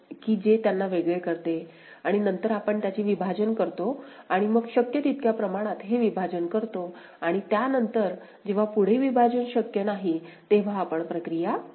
की जे त्यांना वेगळे करते आणि नंतर आपण त्याचे विभाजन करतो आणि मग शक्य तितक्या प्रमाणात हे विभाजन करतो आणि त्यानंतर जेव्हा पुढे विभाजन शक्य नाही तेव्हा आपण प्रक्रिया थांबवतो